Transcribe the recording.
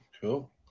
cool